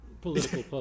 Political